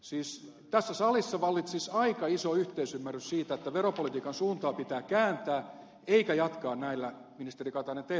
siis tässä salissa vallitsisi aika iso yhteisymmärrys siitä että veropolitiikan suuntaa pitää kääntää eikä jatkaa näillä ministeri katainen teidän vankkureillanne